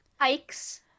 hikes